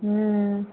हम्म